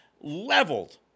leveled